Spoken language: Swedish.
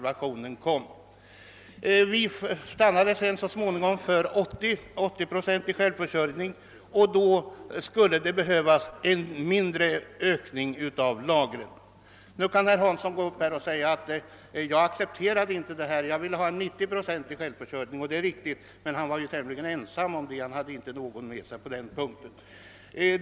Vi stannade så småningom för en 80-procentig självförsörjning, och då skulle det behövas en mindre ökning av lagren. Hur kan herr Hansson i Skegrie gå upp här och säga: Jag accepterar inte detta utan vill ha en 90-procentig självförsörjning? Han är dock tämligen ensam om det önskemålet och hade inte någon med sig på den punkten.